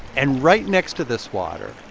and right next to this water,